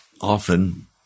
often